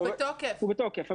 הוא בתוקף.